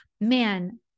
Man